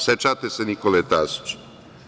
Sećate se Nikole Tasića.